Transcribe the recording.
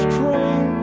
train